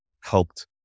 helped